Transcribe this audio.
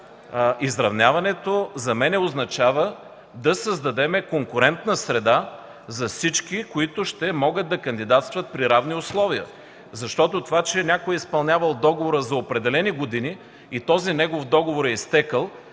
изравняването, в случая за мен то означава да създадем конкурентна среда за всички, които ще могат да кандидатстват при равни условия. Това, че някой е изпълнявал договора за определени години и договорът е изтекъл,